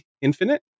Infinite